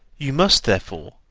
you must, therefore,